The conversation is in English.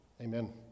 Amen